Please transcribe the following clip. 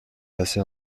passé